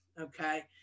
okay